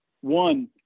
one